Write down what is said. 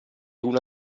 una